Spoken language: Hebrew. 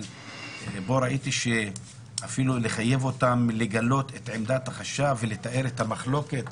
אבל כאן ראיתי שאפילו לחייב אותם לגלות את עמדת החשב ולתאר את המחלוקת.